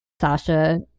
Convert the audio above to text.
sasha